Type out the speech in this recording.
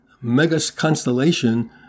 mega-constellation